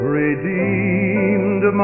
redeemed